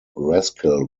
rascal